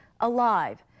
alive